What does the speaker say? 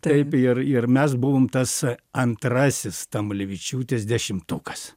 taip ir ir mes buvom tas antrasis tamulevičiūtės dešimtukas